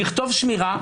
תכתוב "שמירה"